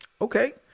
Okay